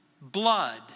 blood